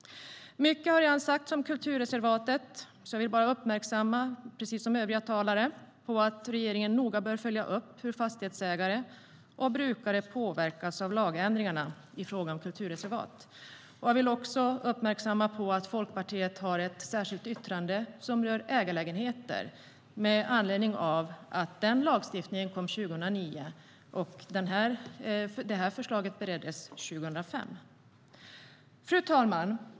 Mycket har redan sagts om kulturreservatet. Precis som övriga talare vill jag bara uppmärksamma att regeringen noga bör följa upp hur fastighetsägare och brukare påverkas av lagändringarna i fråga om kulturreservat. Jag vill också uppmärksamma att Folkpartiet har ett särskilt yttrande som rör ägarlägenheter med anledning av att den lagstiftningen kom 2009 och att det här förslaget bereddes 2005. Fru talman!